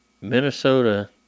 Minnesota